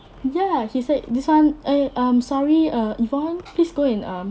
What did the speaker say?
ya he say this [one] eh um sorry err yvonne please go and err